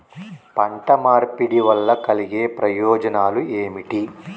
పంట మార్పిడి వల్ల కలిగే ప్రయోజనాలు ఏమిటి?